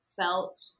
felt